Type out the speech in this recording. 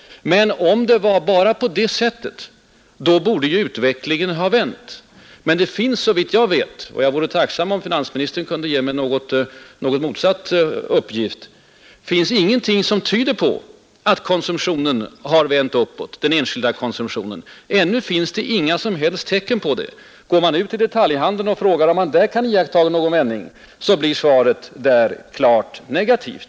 Men om det var bara på det sättet, borde utvecklingen nu ha vänt. Men det finns så vitt jag vet — jag vore tacksam om finansministern kunde ge mig motsatt uppgift — ingenting som tyder på att den enskilda konsumtionen vänt uppåt. Ännu finns det inga som helst tecken på det. Går man ut till detaljhandeln och frågar om man där kunnat iaktta någon vändning blir svaret klart negativt.